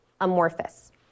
amorphous